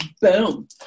boom